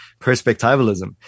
perspectivalism